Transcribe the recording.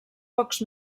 pocs